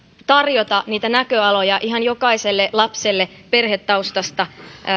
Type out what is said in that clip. tarjota niitä näköaloja ihan jokaiselle lapselle perhetaustasta